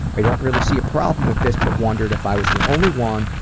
i don't really see a problem with this but wondered if i was the only one,